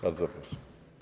Bardzo proszę.